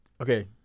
Okay